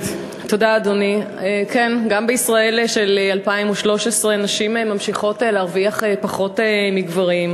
גם בישראל של 2013 נשים ממשיכות להרוויח פחות מגברים,